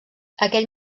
aquell